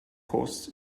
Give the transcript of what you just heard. costs